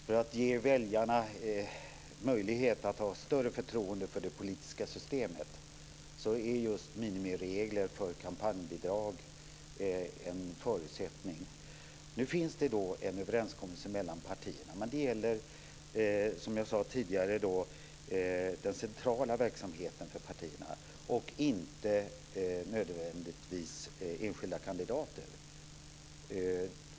För att ge väljarna möjlighet att ha större förtroende för det politiska systemet tror jag att just minimiregler för kampanjbidrag är en förutsättning. Nu finns det en överenskommelse mellan partierna, men det gäller, som jag sade tidigare, den centrala verksamheten för partierna och inte nödvändigtvis enskilda kandidater.